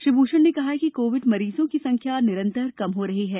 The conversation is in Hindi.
श्री भूषण ने कहा कि कोविड मरीजों की संख्यार निरंतर कम हो रही है